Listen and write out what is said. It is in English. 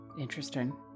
Interesting